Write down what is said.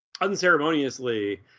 unceremoniously